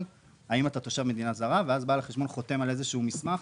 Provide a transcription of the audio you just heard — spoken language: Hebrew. האם אתה תושב מדינה זרה ואז בעל החשבון חותם על איזשהו מסמך